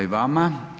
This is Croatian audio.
i vama.